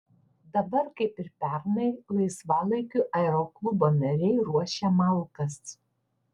dabar kaip ir pernai laisvalaikiu aeroklubo nariai ruošia malkas